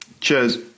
Cheers